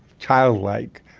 childlike,